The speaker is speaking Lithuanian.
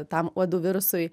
tam uodų virusui